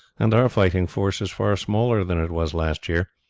and our fighting force is far smaller than it was last year.